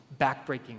backbreaking